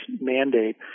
mandate